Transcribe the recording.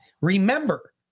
remember